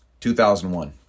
2001